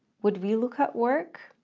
would vlookup work?